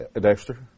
Dexter